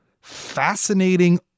fascinating